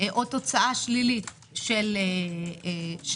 או תוצאה שלילית של בדיקה,